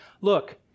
look